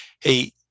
hey